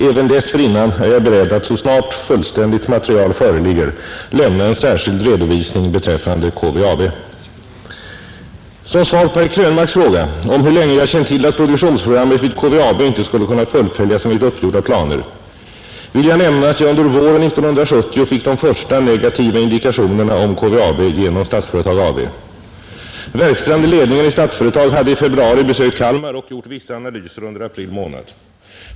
Även dessförinnan är jag beredd att så snart fullständigt material föreligger lämna en särskild redovisning beträffande KVAB. Som svar på herr Krönmarks fråga om hur länge jag känt till att produktionsprogrammet vid KVAB inte skulle kunna fullföljas enligt uppgjorda planer vill jag nämna att jag under våren 1970 fick de första negativa indikationerna om KVAB genom Statsföretag AB. Verkställande ledningen i Statsföretag hade i februari besökt Kalmar och gjort vissa analyser under april månad.